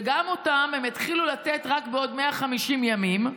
וגם אותם הם יתחילו לתת רק בעוד 150 ימים,